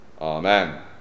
Amen